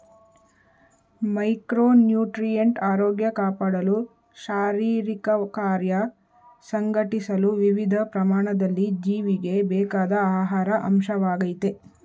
micronutrient ಆರೋಗ್ಯ ಕಾಪಾಡಲು ಶಾರೀರಿಕಕಾರ್ಯ ಸಂಘಟಿಸಲು ವಿವಿಧ ಪ್ರಮಾಣದಲ್ಲಿ ಜೀವಿಗೆ ಬೇಕಾದ ಆಹಾರ ಅಂಶವಾಗಯ್ತೆ